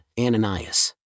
Ananias